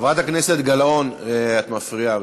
חברת הכנסת גלאון, את מפריעה.